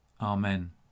Amen